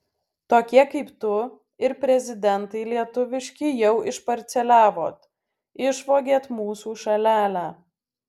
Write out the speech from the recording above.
tokie kaip tu ir prezidentai lietuviški jau išparceliavot išvogėt mūsų šalelę